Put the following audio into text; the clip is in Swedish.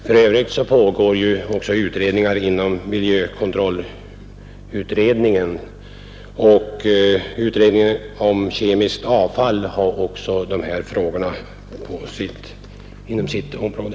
För övrigt pågår ju undersökningar inom miljökontrollutredningen, och utredningen om kemiskt avfall har också de här frågorna inom sitt område.